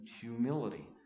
humility